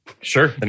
sure